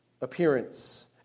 appearance